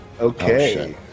Okay